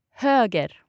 Höger